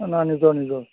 নাই নিজৰ নিজৰ